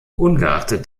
ungeachtet